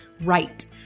right